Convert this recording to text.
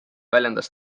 väljendas